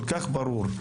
כל כך ברור.